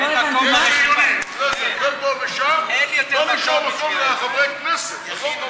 יש שריונים, לא נשאר מקום לחברי כנסת.